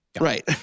Right